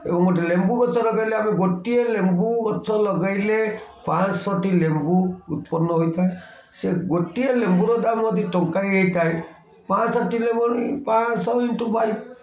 ଏବଂ ଗୋଟେ ଲେମ୍ବୁ ଗଛ ଲଗେଇଲେ ଆମେ ଗୋଟିଏ ଲେମ୍ବୁ ଗଛ ଲଗେଇଲେ ପାଁଶହଟି ଲେମ୍ବୁ ଉତ୍ପନ୍ନ ହୋଇଥାଏ ସେ ଗୋଟିଏ ଲେମ୍ବୁର ଦାମ ଯଦି ଟଙ୍କାଏ ହେଇଥାଏ ପାଁଶଟି ଲେମ୍ବୁ ପାଁଶହ ଇଣ୍ଟୁ ଫାଇପ